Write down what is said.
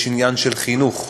יש עניין של חינוך,